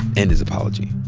and his apology.